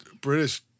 British